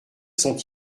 sont